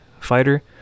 fighter